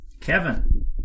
Kevin